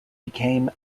became